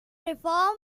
reform